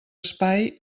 espai